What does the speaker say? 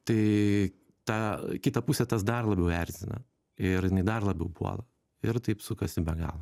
tai tą kitą pusę tas dar labiau erzina ir jinai dar labiau puola ir taip sukasi be galo